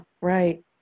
Right